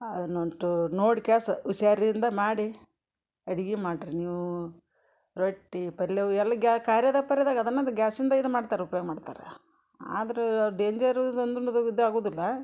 ಅದನ್ನು ಒಂಟು ನೋಡಿಕ್ಯಾಸ್ ಹುಷಾರಿಂದ ಮಾಡಿ ಅಡಿಗೆ ಮಾಡಿರಿ ನೀವು ರೊಟ್ಟಿ ಪಲ್ಯ ಅವು ಎಲ್ಲ ಗ್ಯಾ ಕಾರ್ಯದಾಗ ಪಾರ್ಯದಾಗ ಅದನ್ನು ಅದು ಗ್ಯಾಸಿಂದ ಇದು ಮಾಡ್ತಾರೆ ಉಪ್ಯೋಗ ಮಾಡ್ತಾರೆ ಆದರೂ ಡೇಂಜರು ಇದು ಅಂದು ಇದ್ದಾಗುದಿಲ್ಲ